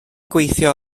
gweithio